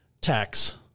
tax